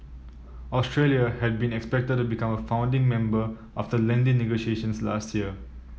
Australia had been expected to become a founding member after lengthy negotiations last year